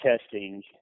testing